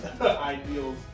ideals